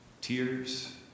tears